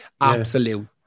absolute